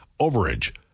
overage